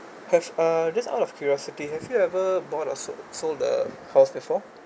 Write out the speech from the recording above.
have uh just out of curiosity have you ever bought or sold sold the house before